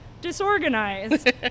disorganized